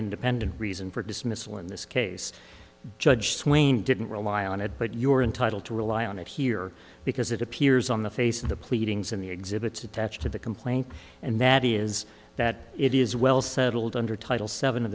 independent reason for dismissal in this case judge swain didn't rely on it but you are entitled to rely on it here because it appears on the face of the pleadings in the exhibits attached to the complaint and that is that it is well settled under title seven